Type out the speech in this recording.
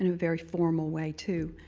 and very formal way too.